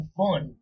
fun